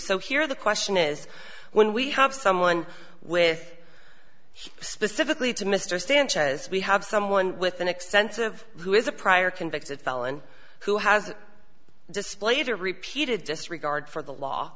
so here the question is when we have someone with specifically to mr sanchez we have someone with an extensive who is a prior convicted felon who has displayed a repeated disregard for the law